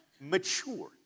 mature